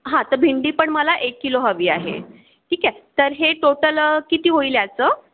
हां तं भिंडी पण मला एक किलो हवी आहे ठीक आहे तर हे टोटल किती होईल याचं